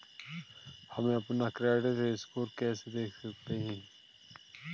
हम अपना credit score कैसे देख सकते हैं?